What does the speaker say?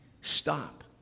stop